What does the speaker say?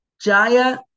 Jaya